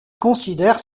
considèrent